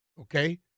okay